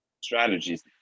strategies